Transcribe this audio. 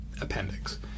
appendix